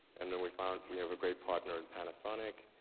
and then we found we have a great partner in panasonic.